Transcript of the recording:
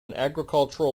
agricultural